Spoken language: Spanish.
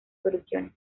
soluciones